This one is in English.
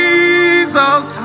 Jesus